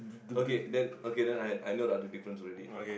okay then okay then I I know the other difference already